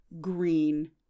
green